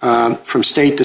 from state to